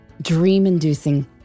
dream-inducing